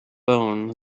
bone